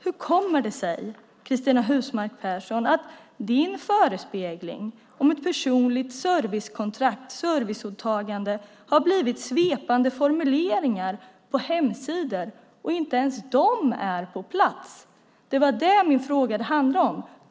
Hur kommer det sig, Cristina Husmark Pehrsson, att din förespegling om ett personligt servicekontrakt och serviceåtagande har blivit svepande formuleringar på hemsidor och att inte ens de är på plats? Det är det min interpellation handlar om.